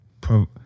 pro